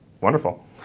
wonderful